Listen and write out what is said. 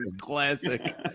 classic